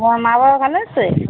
তোমার মা বাবা ভালো আছে